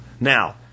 now